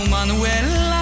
Manuela